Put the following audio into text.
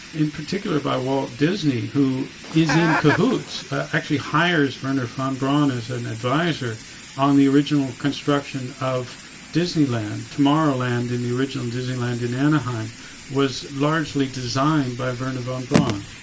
in particular by walt disney who is in cahoots, actually hires wernher von braun as an adviser on the original construction construction of disneyland, tomorrowland in the original disneyland in annaheim was largely designed by wernher von braun.